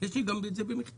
יש לי את זה גם במכתב.